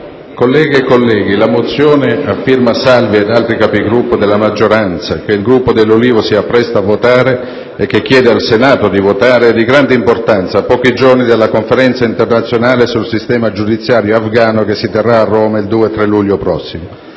colleghe e colleghi, la mozione a firma del senatore Salvi e di altri Capigruppo della maggioranza, che il Gruppo dell'Ulivo si appresta a votare e chiede al Senato di votare, è di grande importanza, a pochi giorni dalla Conferenza internazionale sul sistema giudiziario afghano, che si terrà a Roma il 2 e il 3 luglio prossimi.